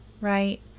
right